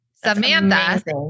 Samantha